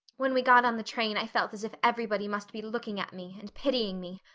when we got on the train i felt as if everybody must be looking at me and pitying me.